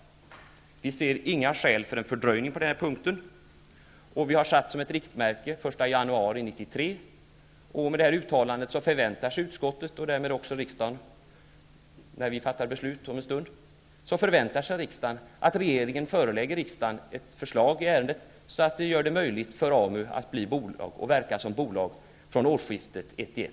Vi ser inga skäl för en fördröjning på den punkten, och vi har satt upp den första januari 1993 som ett riktmärke. Med detta uttalande förväntar sig utskottet -- och därmed också riksdagen när vi om en stund fattar beslut -- att regeringen förelägger riksdagen ett förslag i ärendet som gör det möjligt för AMU att bli bolag och verka som bolag från årsskiftet Fru talman!